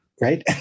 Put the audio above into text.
Right